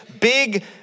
big